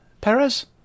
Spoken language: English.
Perez